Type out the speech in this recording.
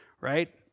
right